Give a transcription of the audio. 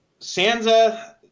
Sansa